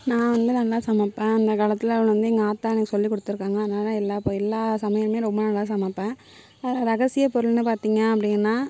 நான் வந்து நல்லா சமைப்பேன் அந்த காலத்தில் வந்து எங்கள் ஆத்தா எனக்கு சொல்லி கொடுத்துருக்காங்க அதனால் நான் எல்லா எல்லா சமையலுமே ரொம்ப நல்லா சமைப்பேன் அதில் ரகசிய பொருள்ன்னு பார்த்திங்க அப்படினா